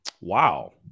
Wow